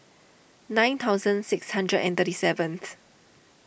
nine thousand six hundred and thirty seventh